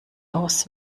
aus